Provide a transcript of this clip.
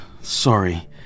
sorry